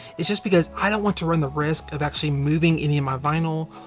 is just because i don't want to run the risk of actually moving any of my vinyl,